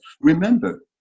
Remember